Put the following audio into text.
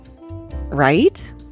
Right